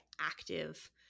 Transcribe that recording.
active